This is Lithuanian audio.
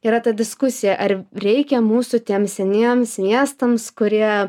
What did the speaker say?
yra ta diskusija ar reikia mūsų tiem seniems miestams kurie